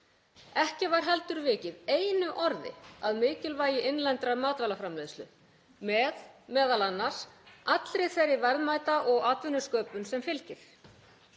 Ekki var heldur vikið einu orði að mikilvægi innlendrar matvælaframleiðslu með m.a. allri þeirri verðmæta- og atvinnusköpun sem fylgir.